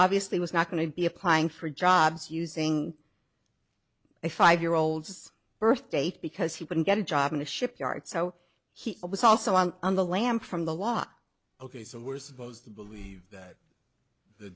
obviously was not going to be applying for jobs using a five year old's birth date because he couldn't get a job in a shipyard so he was also on the lam from the law ok so we're supposed to believe that the